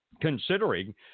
considering